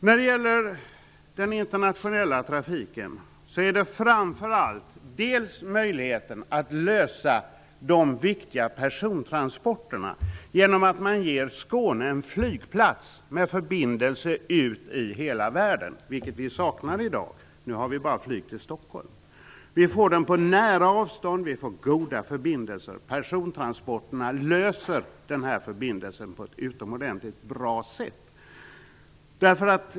När det gäller den internationella trafiken handlar det framför allt om möjligheten att lösa problemen med de viktiga persontransporterna genom att ge Skåne en flygplats med förbindelser ut i hela världen, vilket vi saknar i dag. Nu har vi bara flyg till Stockholm. Vi får flygplatsen på nära avstånd, och vi får goda förbindelser. Den här förbindelsen löser problemen med persontransporterna på ett utomordentligt bra sätt.